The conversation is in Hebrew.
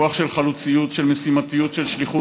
רוח של חלוציות, של משימתיות, של שליחות,